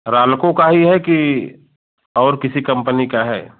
रालको का ही है कि और किसी कम्पनी का है